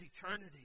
eternity